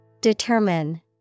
Determine